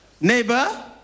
Neighbor